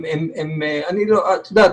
את יודעת,